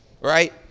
right